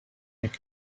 eich